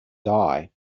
die